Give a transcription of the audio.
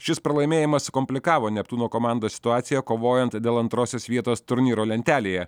šis pralaimėjimas sukomplikavo neptūno komandos situaciją kovojant dėl antrosios vietos turnyro lentelėje